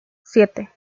siete